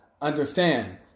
Understand